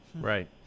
Right